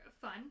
fun